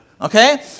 Okay